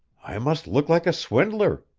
i must look like a swindler!